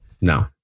No